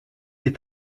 des